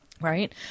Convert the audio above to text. right